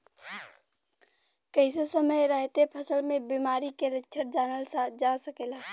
कइसे समय रहते फसल में बिमारी के लक्षण जानल जा सकेला?